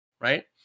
right